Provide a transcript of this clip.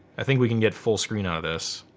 i think we can get full screen out of this.